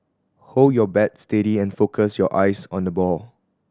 hold your bat steady and focus your eyes on the ball